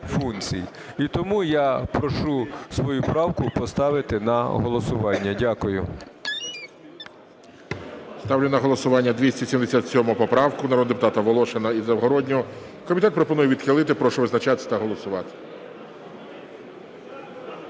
України. Прошу свою правку поставити на голосування. Дякую. ГОЛОВУЮЧИЙ. Ставлю на голосування 284 правку народних депутатів Волошина і Загороднього. Комітет пропонує відхилити. Прошу визначатися та голосувати.